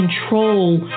control